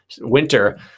Winter